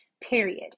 Period